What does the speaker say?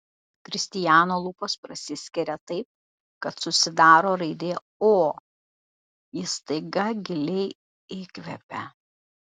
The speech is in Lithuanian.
kristijano lūpos prasiskiria taip kad susidaro raidė o jis staiga giliai įkvepia